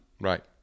Right